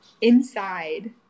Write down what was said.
inside